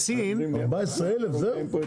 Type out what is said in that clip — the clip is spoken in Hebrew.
14,000, זהו?